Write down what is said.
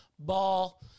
Ball